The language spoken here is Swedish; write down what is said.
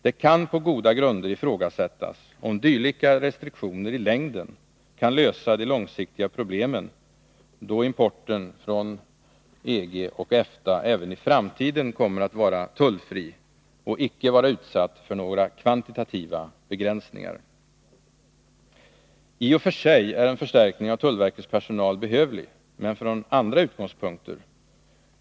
Det kan på goda grunder ifrågasättas om dylika restriktioner i längden kan lösa de långsiktiga problemen, då importen från EG och EFTA även i framtiden kommer att vara tullfri och icke vara utsatt för några kvantitativa begränsningar. I och för sig är en förstärkning av tullverkets personal behövlig, men från andra utgångspunkter.